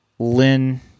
Lynn